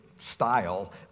style